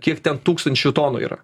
kiek ten tūkstančių tonų yra